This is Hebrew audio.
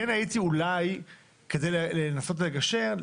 כדי לנסות לגשר,